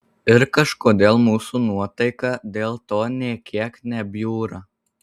ir kažkodėl mūsų nuotaika dėl to nė kiek nebjūra